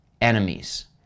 enemies